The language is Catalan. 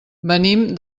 venim